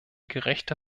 gerechte